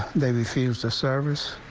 they received the service.